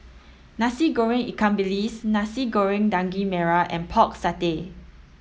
Nasi Goreng Ikan Bilis Nasi Goreng Daging Merah and pork satay